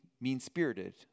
mean-spirited